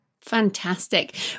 Fantastic